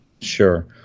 Sure